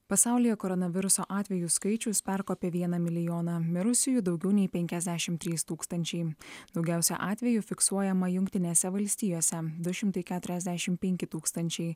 pasaulyje koronaviruso atvejų skaičius perkopė vieną milijoną mirusiųjų daugiau nei penkiasdešimt trys tūkstančiai daugiausia atvejų fiksuojama jungtinėse valstijose du šimtai keturiasdešimt penki tūkstančiai